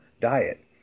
diet